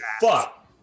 fuck